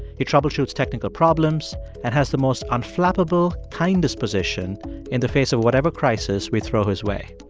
he troubleshoots technical problems and has the most unflappable, kind disposition in the face of whatever crisis we throw his way.